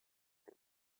him